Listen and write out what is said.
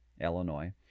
Illinois